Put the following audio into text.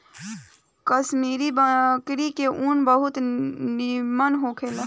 कश्मीरी बकरी के ऊन बहुत निमन होखेला